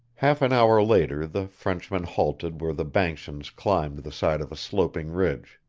half an hour later the frenchman halted where the banskians climbed the side of a sloping ridge.